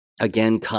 Again